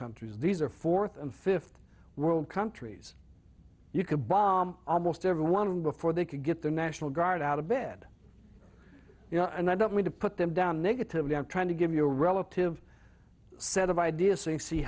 countries these are fourth and fifth world countries you could bomb almost everyone before they could get the national guard out of bed you know and i don't mean to put them down negatively i'm trying to give you a relative set of ideas and see